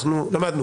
את זה אנחנו למדנו.